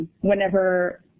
whenever